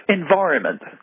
environment